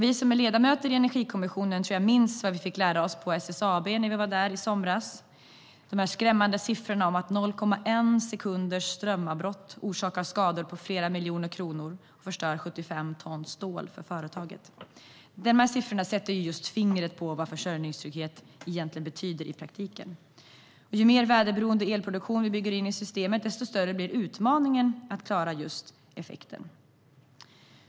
Vi som är ledamöter i Energikommissionen minns vad vi fick lära oss på SSAB i somras om de skrämmande siffrorna. 0,1 sekunders strömavbrott orsakar skador för flera miljoner kronor och förstör 75 ton stål för företaget. De siffrorna sätter fingret på vad försörjningstrygghet betyder i praktiken. Ju mer väderberoende elproduktion vi bygger in i systemet, desto större blir utmaningen att klara effekten.